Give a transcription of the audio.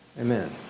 Amen